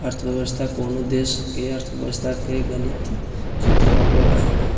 अर्थव्यवस्था कोनो देश के अर्थव्यवस्था के गणित चित्र होबो हइ